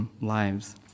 lives